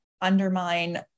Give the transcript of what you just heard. undermine